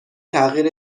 تغییر